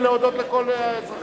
לאורך כל הדרך,